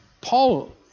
Paul